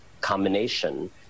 combination